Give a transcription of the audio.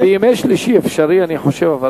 בימי שלישי זה אפשרי, אני חושב.